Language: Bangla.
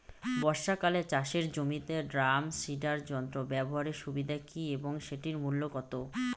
বর্ষাকালে চাষের জমিতে ড্রাম সিডার যন্ত্র ব্যবহারের সুবিধা কী এবং সেটির মূল্য কত?